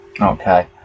Okay